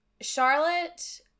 Charlotte